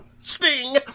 Sting